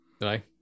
Right